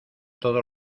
todo